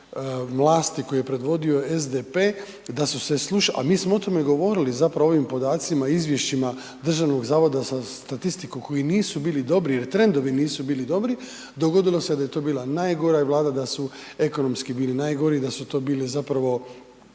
koju je predvodio SDP, da su se slušali, a mi smo o tome govorili, zapravo o ovim podacima, Izvješćima Državnog zavoda za statistiku koji nisu bili dobri jer trendovi nisu bili dobri, dogodilo se da je to bila najgora Vlada, da su ekonomski bili najgori i da su to bile zapravo